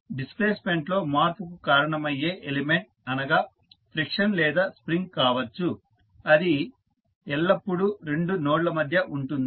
డిస్ప్లేస్మెంట్లో మార్పుకు కారణమయ్యే ఎలిమెంట్ అనగా ఫ్రిక్షన్ లేదా స్ప్రింగ్ కావచ్చు అది ఎల్లప్పుడూ రెండు నోడ్ల మధ్య ఉంటుంది